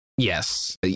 Yes